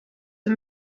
für